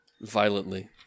Violently